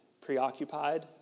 preoccupied